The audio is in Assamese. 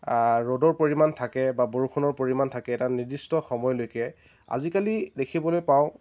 ৰ'দৰ পৰিমাণ থাকে বা বৰষুণৰ পৰিমাণ থাকে এটা নিৰ্দিষ্ট সময়লৈকে আজিকালি দেখিবলৈ পাওঁ